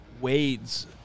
Wades